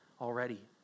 already